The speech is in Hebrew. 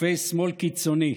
גופי שמאל קיצוני,